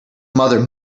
mother